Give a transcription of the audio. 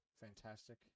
fantastic